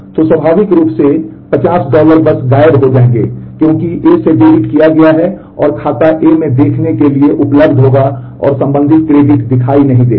तो स्वाभाविक रूप से 50 डॉलर बस गायब हो जाएंगे क्योंकि A से डेबिट किया गया है और खाता A में देखने के लिए उपलब्ध होगा और संबंधित क्रेडिट दिखाई नहीं देगा